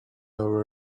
our